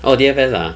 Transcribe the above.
oh D_F_S ah